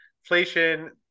inflation